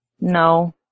No